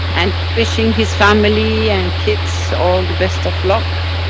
and wishing his family and kids, all the best of luck,